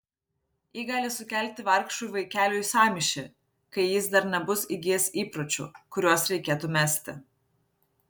ji gali sukelti vargšui vaikeliui sąmyšį kai jis dar nebus įgijęs įpročių kuriuos reikėtų mesti